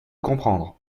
comprendre